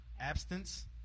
Abstinence